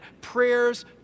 prayers